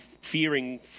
fearing